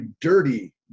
dirty